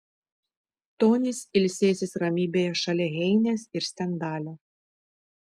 tonis ilsėsis ramybėje šalia heinės ir stendalio